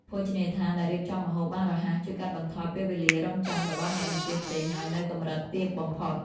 ភោជនីយដ្ឋានដែលរៀបចំម្ហូបបានរហ័សជួយកាត់បន្ថយពេលវេលារង់ចាំរបស់អ្នកបញ្ជាទិញឱ្យនៅកម្រិតទាបបំផុត។